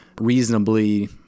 reasonably